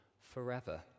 forever